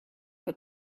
for